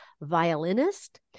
violinist